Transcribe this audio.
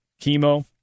chemo